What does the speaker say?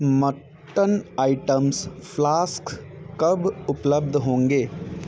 mutton items flasks कब उपलब्ध होंगे